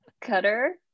cutter